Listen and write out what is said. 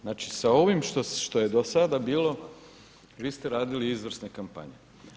Znači sa ovim što je do sada bilo, vi ste radili izvrsne kampanje.